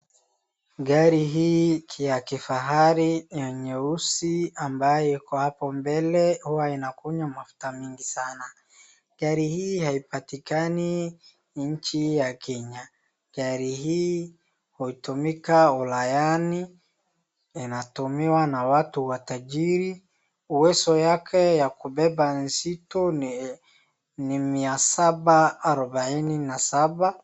Gari hii ya kifahari na nyeusi ambayo iko hapo mbele huwa nakunywa mafuta mingi sana. Gari hii haipatikani nchi ya Kenya, gari hii hutumika Ulayani, inatumiwa na watu matajiri, uwezo wake wa kubeba uzito ni mia saba arubaini na saba.